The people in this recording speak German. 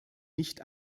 nicht